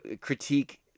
critique